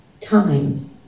time